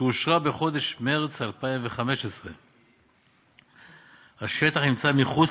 שאושרה בחודש מרס 2015. השטח נמצא מחוץ